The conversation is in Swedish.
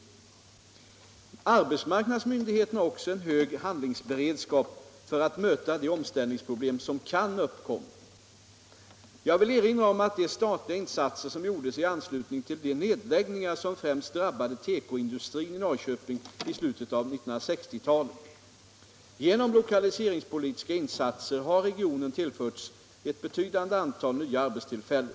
Arbetsmarknadsmyndigheterna har också en hög handlingsberedskap för att möta de omställningsproblem som kan uppkomma. Jag vill erinra om de statliga insatser som gjordes i anslutning till de nedläggningar som främst drabbade tekoindustrin i Norrköping i slutet av 1960-talet. Nr 21 Genom lokaliseringspolitiska insatser har regionen tillförts ett bety Torsdagen den dande antal nya arbetstillfällen.